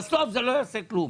בסוף, זה לא יעשה כלום.